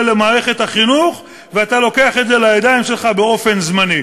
למערכת החינוך ושאתה לוקח את זה לידיך באופן זמני.